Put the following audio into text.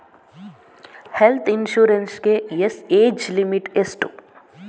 Health insurance ಗೆ age limit ಎಷ್ಟು?